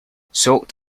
soaked